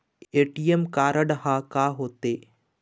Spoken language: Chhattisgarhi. ए.टी.एम कारड हा का होते?